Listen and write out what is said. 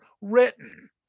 written